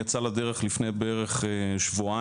יצא לדרך לפני בערך שבועיים,